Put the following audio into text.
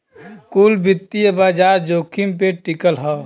कुल वित्तीय बाजार जोखिम पे टिकल हौ